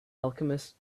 alchemist